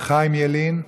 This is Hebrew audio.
חיים ילין,